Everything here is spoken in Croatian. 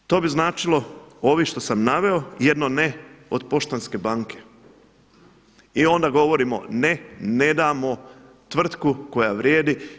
To bi značilo ove što sam naveo jedno ne od Poštanske banke i onda govorimo ne, ne damo tvrtku koja vrijedi.